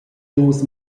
dus